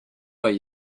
way